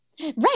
Right